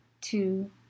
two